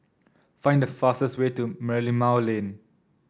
find the fastest way to Merlimau Lane